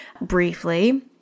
briefly